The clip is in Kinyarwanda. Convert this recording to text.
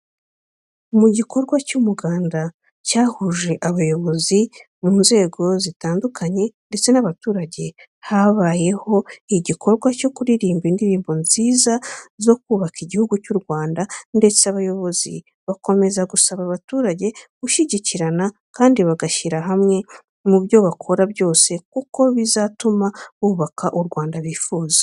Mu gikorwa cy'umuganda cyahuje abayobozi mu nzego zitandukanye ndetse n'abaturage, habayeho igikorwa cyo kuririmba indirimbo nziza zo kubaka Igihugu cy'u Rwanda ndetse abayobozi bakomeza gusaba abaturage gushyigikirana kandi bagashyira hamwe mu byo bakora byose kuko bizatumba bubaka u Rwanda bifuza.